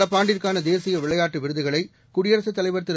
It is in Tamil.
நடப்பாண்டுக்கான தேசிய விளையாட்டு விருதுகளை குடியரசுத் தலைவர் திரு